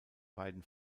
beiden